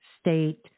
state